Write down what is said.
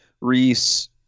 Reese